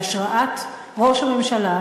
בהשראת ראש הממשלה,